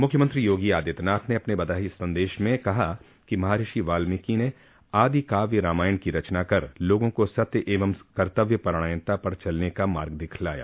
मुख्यमंत्री योगी आदित्यनाथ ने अपने बधाई संदेश में कहा कि महर्षि वाल्मीकि ने आदिकाव्य रामायण की रचना कर लोगों को सत्य एवं कर्तव्य परायणता पर चलने का मार्ग दिखाया